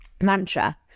mantra